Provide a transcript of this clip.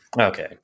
Okay